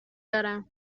دارم